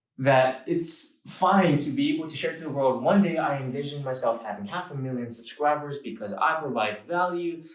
that it's fine to be able to share to the world, one day i envisioned myself having half a million subscribers because i provide value,